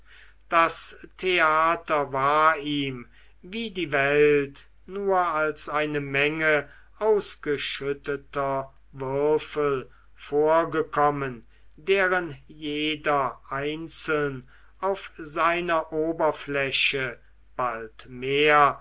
das theater war ihm wie die welt nur als eine menge ausgeschütteter würfel vorgekommen deren jeder einzeln auf seiner oberfläche bald mehr